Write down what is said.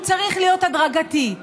הוא צריך להיות הדרגתי.